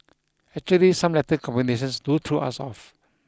actually some letter combinations do to us off